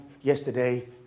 yesterday